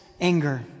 anger